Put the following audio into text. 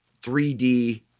3D